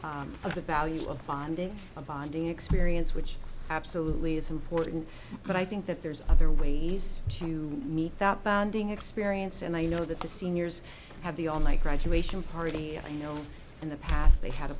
of the value of finding a bonding experience which absolutely is important but i think that there's other ways to meet that bonding experience and i know that the seniors have the on like graduation party i know in the past they had a